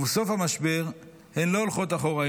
ובסוף המשבר הן לא הולכות אחורה,